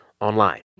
online